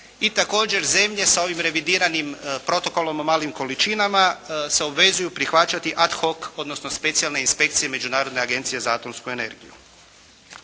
I također zemlje sa ovim revidiranim Protokolom o malim količinama se obvezuju prihvaćati ad hoc odnosno specijalne inspekcije Međunarodne agencije za atomsku energiju.